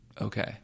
Okay